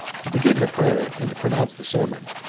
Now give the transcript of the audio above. to begin the prayer and pronounce the sermon.